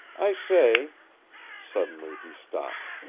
i say suddenly he stopped.